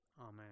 Amen